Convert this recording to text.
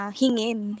hingin